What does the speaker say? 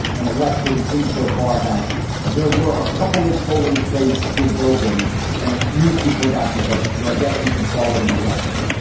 an election in so far as there were a couple of polling places open and a few people got to vote. so i guess we could call it an election.